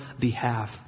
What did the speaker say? behalf